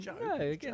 no